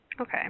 Okay